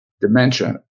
Dementia